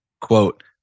quote